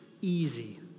easy